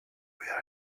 via